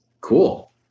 cool